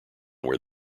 where